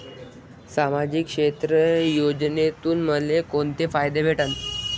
सामाजिक क्षेत्र योजनेतून मले कोंते फायदे भेटन?